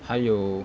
还有